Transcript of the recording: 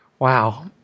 Wow